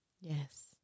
Yes